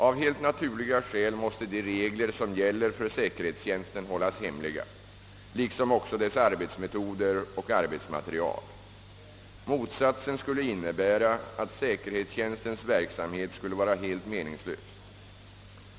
Av helt naturliga skäl måste de regler som gäller för säkerhetstjänsten hållas hemliga, liksom också dess arbetsmetoder och arbetsmaterial. Motsatsen skulle innebära att säkerhetstjänstens verksamhet skulle vara helt meningslös.